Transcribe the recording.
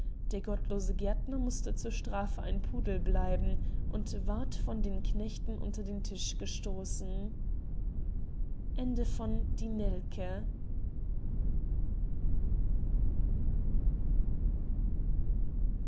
der gottlose gärtner mußte zur strafe ein pudel bleiben und ward von den knechten unter den tisch gestoßen